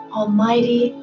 almighty